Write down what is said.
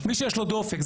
מי שיש לו דופק.